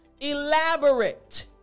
elaborate